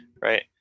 right